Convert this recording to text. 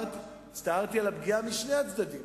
הצטערתי על הפגיעה משני הצדדים.